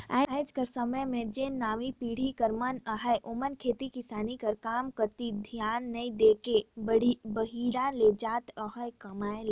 आएज कर समे में जेन नावा पीढ़ी कर मन अहें ओमन खेती किसानी कर काम कती धियान नी दे के बाहिरे जात अहें कमाए ले